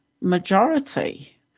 majority